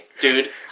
Dude